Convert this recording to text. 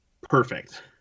perfect